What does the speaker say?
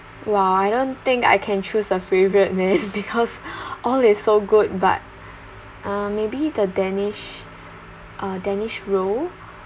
!wah! I don't think I can choose the favorite man because all is so good but uh maybe the danish uh danish roll